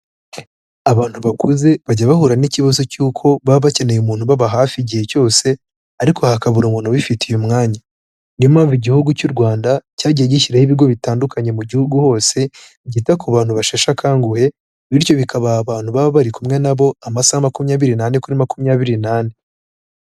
Abantu bakuze bajya bahura n'ikibazo cy'uko baba bakeneye umuntu uba hafi igihe cyose ariko hakabura umuntu ubifitiye umwanya. Niyo mpamvu igihugu cy'u Rwanda cyagiye gishyiraho ibigo bitandukanye mu gihugu hose byita ku bantu basheshe akanguhe bityo bikabaha abantu baba bari kumwe na bo amasaha makumyabiri n'ane kuri makumyabiri n'ane.